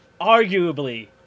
arguably